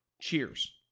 Cheers